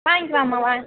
வாங்கிக்கலாம்மா வாங்க